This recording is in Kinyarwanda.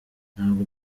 ntabwo